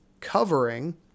covering